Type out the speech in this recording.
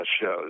shows